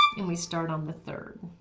and we start on the third.